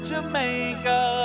Jamaica